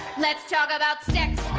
let's talk about sex,